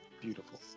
Beautiful